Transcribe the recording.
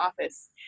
office